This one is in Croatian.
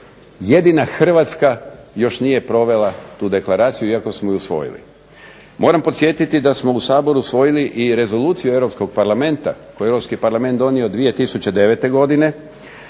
Jedina Hrvatska još nije provela tu deklaraciju, iako smo ju usvojili. Moram podsjetiti da smo u Saboru usvojili i rezoluciju Europskog Parlamenta, koju je Europski Parlament donio 2009. godine,